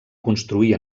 construir